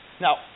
Now